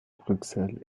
bruxelles